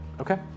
Okay